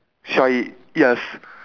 try it yes